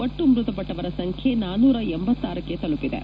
ಒಟ್ಟು ಮೃತಪಟ್ಟವರ ಸಂದ್ಯೆ ಅಣ್ಣಿ ತಲುಪಿದೆ